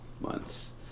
months